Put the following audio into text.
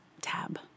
tab